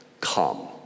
come